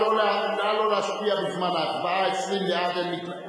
הגבלות בעניין תוכנית הטבות לצרכן (תיקוני חקיקה),